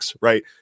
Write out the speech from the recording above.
right